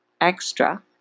extra